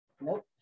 Nope